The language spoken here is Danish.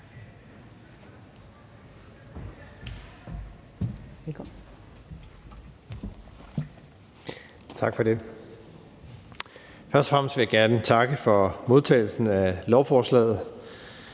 Tak for det. Først og fremmest vil jeg gerne takke for modtagelsen af lovforslaget.